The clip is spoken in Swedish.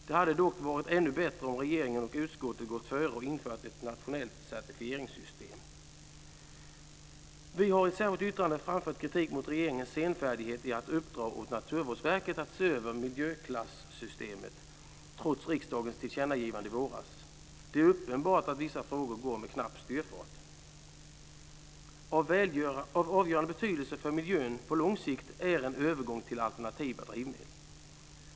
Det hade dock varit ännu bättre om regeringen och utskottet gått före och infört ett nationellt certifieringssystem. Vi har i ett särskilt yttrande framfört kritik mot regeringens senfärdighet att uppdra åt Naturvårdsverket att se över miljöklassystemet trots riksdagens tillkännagivande i våras. Det är uppenbart att vissa frågor går med knapp styrfart. En övergång till alternativa drivmedel är av avgörande betydelse för miljön på lång sikt.